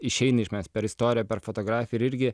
išeini iš mes per istoriją per fotografiją ir irgi